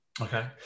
okay